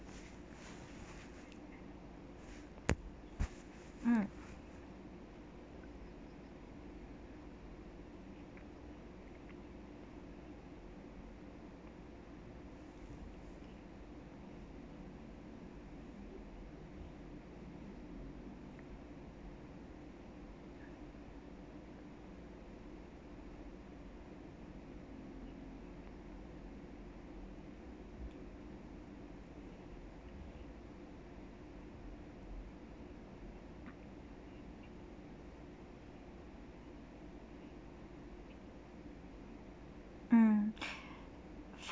mm mm